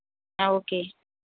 okay